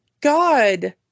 God